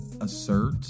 assert